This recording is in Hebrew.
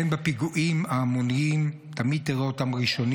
הן בפיגועים ההמוניים תמיד תראה אותם ראשונים